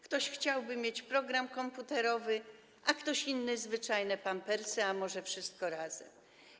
Ktoś chciałby mieć program komputerowy, a ktoś inny zwyczajne pampersy, a może wszystko razem.